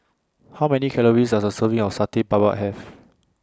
How Many Calories Does A Serving of Satay Babat Have